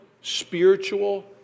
spiritual